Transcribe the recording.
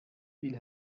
viel